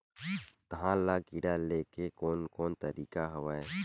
धान ल कीड़ा ले के कोन कोन तरीका हवय?